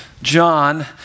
John